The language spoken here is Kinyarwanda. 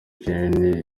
kinini